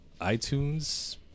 iTunes